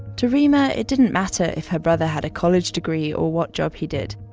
to reema, it didn't matter if her brother had a college degree or what job he did.